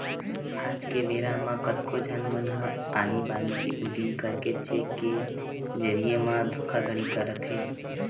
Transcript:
आज के बेरा म कतको झन मन ह आनी बानी के उदिम करके चेक के जरिए म धोखाघड़ी करथे